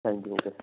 thank you okay